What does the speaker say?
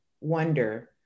wonder